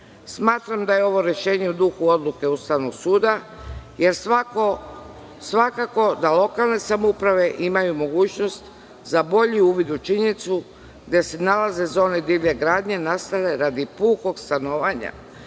Smatram da je ovo rešenje u duhu odluke Ustavnog suda, jer svakako da lokalne samouprave imaju mogućnost za bolji uvid u činjenicu, gde se nalaze zone divlje gradnje, nastale radi pukog stanovanja,